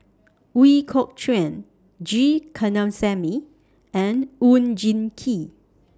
Ooi Kok Chuen G Kandasamy and Oon Jin Gee